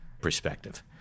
perspective